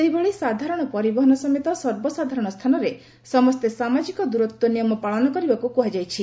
ସେହିଭଳି ସାଧାରଣ ପରିବହନ ସମେତ ସର୍ବସାଧାରଣ ସ୍ଥାନରେ ସମସ୍ତେ ସାମାଜିକ ଦୂରତ୍ୱ ନିୟମ ପାଳନ କରିବାକୁ କୁହାଯାଇଛି